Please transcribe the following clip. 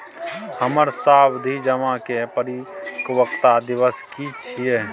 हमर सावधि जमा के परिपक्वता दिवस की छियै?